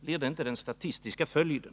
Blir inte detta den statistiska följden?